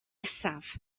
nesaf